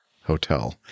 hotel